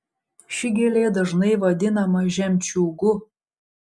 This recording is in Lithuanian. ši gėlė dažnai vadinama žemčiūgu